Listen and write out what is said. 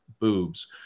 Boobs